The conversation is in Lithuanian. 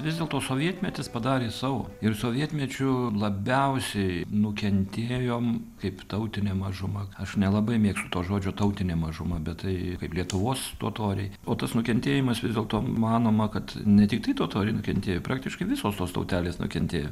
vis dėlto sovietmetis padarė savo ir sovietmečiu labiausiai nukentėjom kaip tautinė mažuma aš nelabai mėgstu to žodžio tautinė mažuma bet tai kaip lietuvos totoriai o tas nukentėjimas vis dėlto manoma kad ne tiktai totoriai nukentėjo praktiškai visos tos tautelės nukentėjo